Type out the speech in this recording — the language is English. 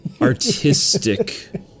artistic